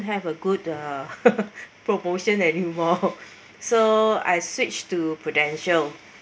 have a good uh promotion at new mall so I switched to Prudential